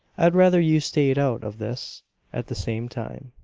i'd rather you stayed out of this at the same time,